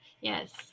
Yes